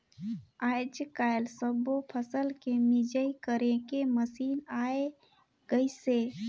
आयज कायल सब्बो फसल के मिंजई करे के मसीन आये गइसे